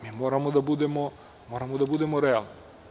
Ali, moramo da budemo realni.